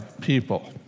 people